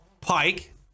pike